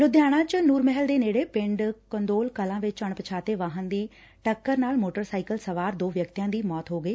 ਲੁਧਿਆਣਾ ਚ ਨੁਰ ਮਹਿਲ ਦੇ ਨੇੜੇ ਪਿੰਡ ਕੰਦੋਲਾ ਕਲਾਂ ਵਿਚ ਅਣਪਛਾਤੇ ਵਾਹਨ ਦੀ ਟੱਕਰ ਨਾਲ ਮੋਟਰ ਸਾਈਕਲ ਸਵਾਰ ਦੋ ਵਿਅਕਤੀਆ ਦੀ ਮੌਤ ਹੋ ਗਈ